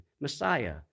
Messiah